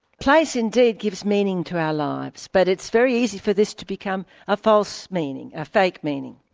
place indeed gives meaning to our lives, but it's very easy for this to become a false meaning, a fake meaning.